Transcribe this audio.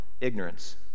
ignorance